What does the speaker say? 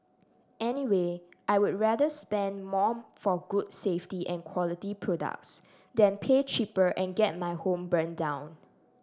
anyway I'll rather spend more for good safety and quality products than pay cheaper and get my home burnt down